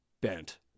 bent